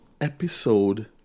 episode